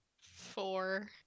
Four